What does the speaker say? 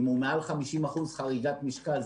אם היא מעל 50% חריגת משקל,